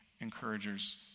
encouragers